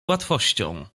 łatwością